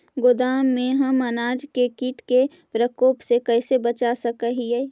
गोदाम में हम अनाज के किट के प्रकोप से कैसे बचा सक हिय?